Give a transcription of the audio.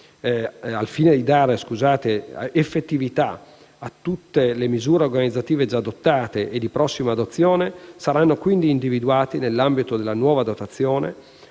Al fine di dare effettività a tutte le misure organizzative già adottate e di prossima adozione, saranno quindi individuati, nell'ambito della nuova dotazione